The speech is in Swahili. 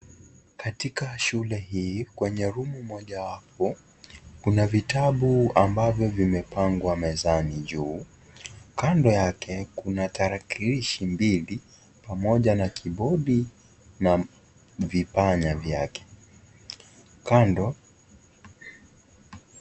Katika shule hii, kwenye rumu mojawapo, una vitabu ambavyo vimepangwa mezani juu, kando yake kuna tarakirishi mbili, pamoja na kibodi, na vipanya vyake, kando.